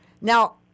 Now